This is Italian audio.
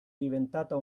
diventata